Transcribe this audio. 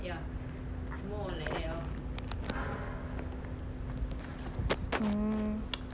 hmm how's your food at your school ah okay or not how's the the prices also